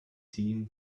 team